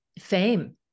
fame